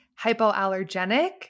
hypoallergenic